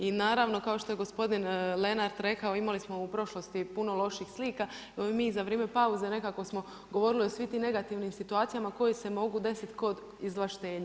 I naravno kao što je gospodin Lenart rekao, imali smo u prošlosti puno lošijih slika, mi za vrijeme pauze nekako smo govorili o svim tim negativnim situacijama koje se mogu desiti kod izvlaštenja.